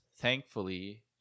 thankfully